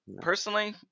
Personally